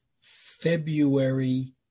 February